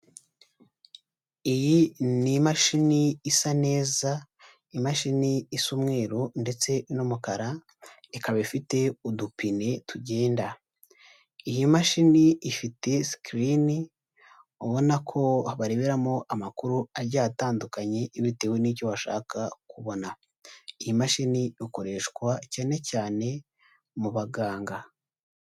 Iyi ni imashini isa neza, imashini isa umweru ndetse n'umukara, ikaba ifite udupine tugenda, iyi mashini ifite sikirini ubona ko bareberamo amakuru agiye atandukanye bitewe n'icyo bashaka kubona, iyi mashini ikoreshwa cyane cyane mu baganga.